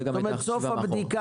נכון.